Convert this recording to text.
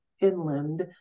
inland